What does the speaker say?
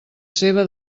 seva